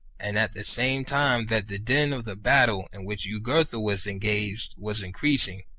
and at the same time that the din of the battle in which jugurtha was engaged was increasing,